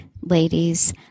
ladies